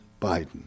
Biden